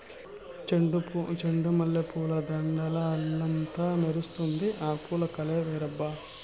చెండు మల్లె పూల దండల్ల ఇల్లంతా మెరుస్తండాది, ఆ పూవు కలే వేరబ్బా